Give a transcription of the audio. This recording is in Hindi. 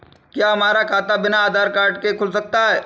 क्या हमारा खाता बिना आधार कार्ड के खुल सकता है?